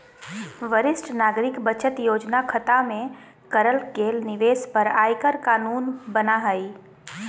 वरिष्ठ नागरिक बचत योजना खता में करल गेल निवेश पर आयकर कानून बना हइ